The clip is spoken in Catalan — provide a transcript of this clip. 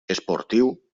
esportiu